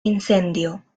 incendio